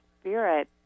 spirit